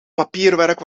papierwerk